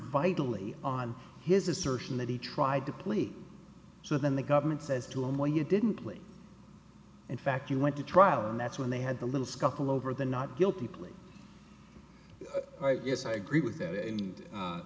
vitally on his assertion that he tried to plea so then the government says to him well you didn't plea in fact you went to trial and that's when they had the little scuffle over the not guilty plea right yes i agree with that